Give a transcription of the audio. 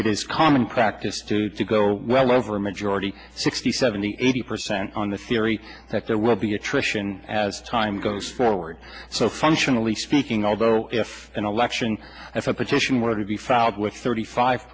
it is common practice to to go well over a majority sixty seventy eighty percent on the theory that there will be attrition as time goes forward so functionally speaking although if an election if a petition were to be found with thirty five